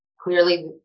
clearly